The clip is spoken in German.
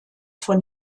von